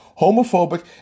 homophobic